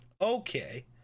Okay